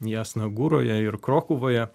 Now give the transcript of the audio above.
jasnaguroje ir krokuvoje